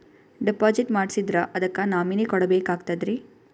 Deposit ಮಾಡ್ಸಿದ್ರ ಅದಕ್ಕ nominee ಕೊಡಬೇಕಾಗ್ತದ್ರಿ?